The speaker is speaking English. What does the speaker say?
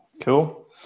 Cool